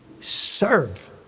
Serve